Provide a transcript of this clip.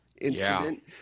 incident